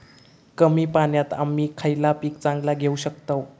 कमी पाण्यात आम्ही खयला पीक चांगला घेव शकताव?